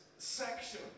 section